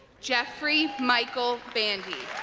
jeffrey michael bandy